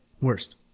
Worst